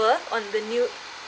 on the new